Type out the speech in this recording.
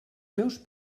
meus